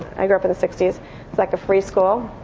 i grew up in the sixty s like a free school.